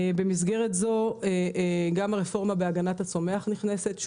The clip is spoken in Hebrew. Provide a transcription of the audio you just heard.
במסגרת זו גם הרפורמה בהגנת הצומח נכנסת.